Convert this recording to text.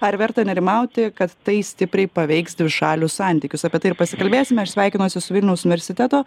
ar verta nerimauti kad tai stipriai paveiks dvišalius santykius apie tai ir pasikalbėsim aš sveikinuosi su vilniaus universiteto